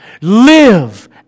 live